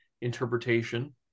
interpretation